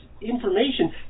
information